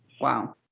Wow